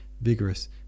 vigorous